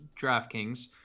DraftKings